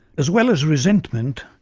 as well as resentment,